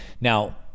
Now